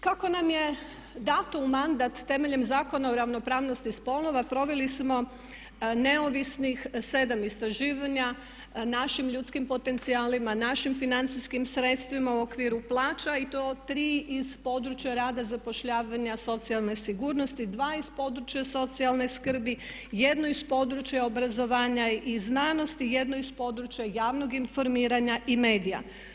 Kako nam je dato u mandat temeljem Zakona o ravnopravnosti spolova proveli smo neovisnih 7 istraživanja našim ljudskim potencijalima, našim financijskim sredstvima u okviru plaća i to 3 iz područja rada, zapošljavanja, socijalne sigurnosti, 2 iz područja socijalne skrbi, 1 iz područja obrazovanja i znanosti, 1 iz područja javnog informiranja i medija.